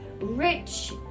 rich